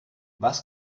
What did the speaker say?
was